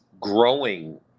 growing